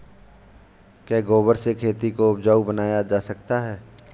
क्या गोबर से खेती को उपजाउ बनाया जा सकता है?